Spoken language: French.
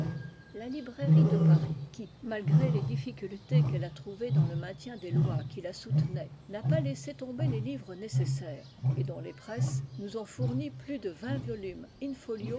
la librairie de paris qui malgré les difficultés qu'elle a trouvées dans le maintien des lois qui la soutenaient n'a pas laissé tomber les livres nécessaires et dont les presses nous ont fourni plus de vingt volumes